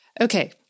Okay